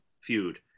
feud